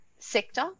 sector